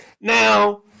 Now